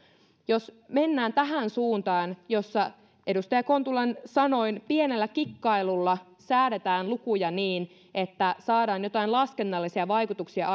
jos mennään tähän suuntaan jossa edustaja kontulan sanoin pienellä kikkailulla säädetään lukuja niin että saadaan joitain laskennallisia vaikutuksia